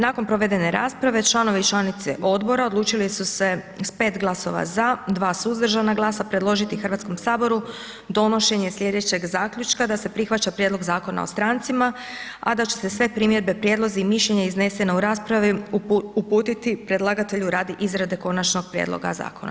Nakon provedene rasprave članovi i članice odbora odlučili su se s pet glasova za, dva suzdržana glasa predložiti Hrvatskom saboru donošenje sljedećeg zaključka, da se prihvaća Prijedlog zakona o strancima, a da će se sve primjedbe, prijedlozi i mišljenja iznesena u raspravi uputiti predlagatelju radi izrade konačnog prijedloga zakona.